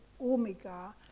Omega